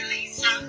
Lisa